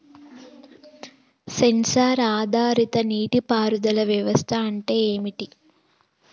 Censor ఆధారిత నీటి పారుదల వ్యవస్థ అంటే ఏమిటి?